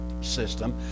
system